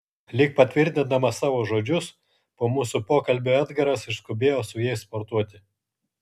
lyg patvirtindamas savo žodžius po mūsų pokalbio edgaras išskubėjo su jais sportuoti